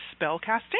spellcasting